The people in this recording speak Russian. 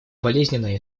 болезненная